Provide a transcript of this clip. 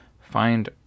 find